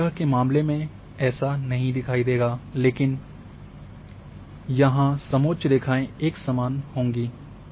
यह उपग्रह के मामले में ऐसा नहीं दिखायी देगा लेकिन का यहाँ समोच्च रेखाएं एक समान होंगी